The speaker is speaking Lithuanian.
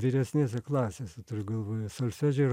vyresnėse klasėse turiu galvoje solfedžio ir